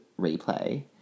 Replay